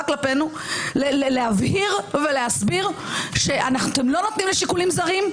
כלפינו להבהיר ולהסביר שאתם לא נותנים לשיקולים זרים.